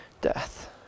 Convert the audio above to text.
death